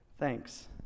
thanks